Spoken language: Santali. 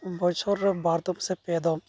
ᱵᱚᱪᱷᱚᱨ ᱨᱮ ᱵᱟᱨᱫᱚᱢ ᱥᱮ ᱯᱮ ᱫᱚᱢ